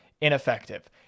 ineffective